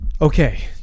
Okay